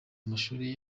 amashuli